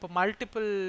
multiple